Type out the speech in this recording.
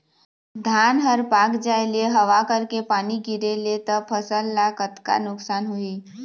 धान हर पाक जाय ले हवा करके पानी गिरे ले त फसल ला कतका नुकसान होही?